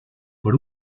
por